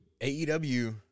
AEW